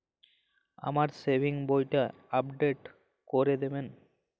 আমার সেভিংস বইটা আপডেট করে দেবেন?